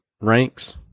ranks